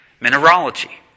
mineralogy